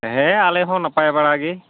ᱦᱮᱸ ᱟᱞᱮ ᱦᱚᱸ ᱱᱟᱯᱟᱭ ᱵᱟᱲᱟ ᱜᱮ